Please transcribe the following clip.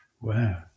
wow